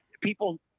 people